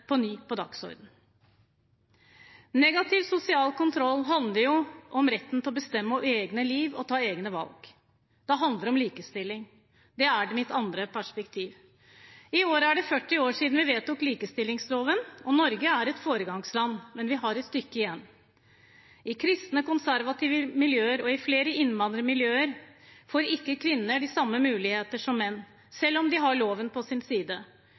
på ny sette dette på dagsordenen. Negativ sosial kontroll handler om retten til å bestemme over eget liv og ta egne valg. Det handler om likestilling, og det er mitt andre perspektiv. I år er det 40 år siden vi vedtok likestillingsloven, og Norge er et foregangsland, men vi har et stykke igjen. I kristne konservative miljøer og i flere innvandrermiljøer får ikke kvinner de samme muligheter som menn, selv om de har loven på sin side.